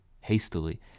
hastily